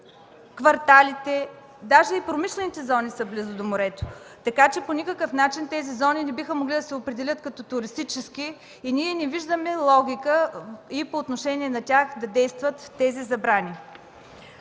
кварталите, дори и промишлените зони са близо до морето, така че по никакъв начин тези зони не биха могли да се определят като туристически. Не виждаме логика тези забрани да действат и по